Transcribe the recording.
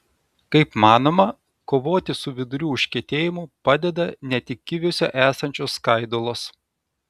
kaip manoma kovoti su vidurių užkietėjimu padeda ne tik kiviuose esančios skaidulos